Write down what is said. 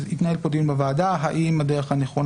אז התנהל פה דיון בוועדה האם הדרך הנכונה